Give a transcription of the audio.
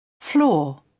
Floor